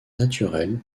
naturel